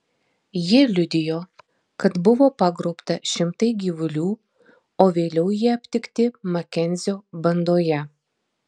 jie liudijo kad buvo pagrobta šimtai gyvulių o vėliau jie aptikti makenzio bandoje